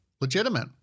legitimate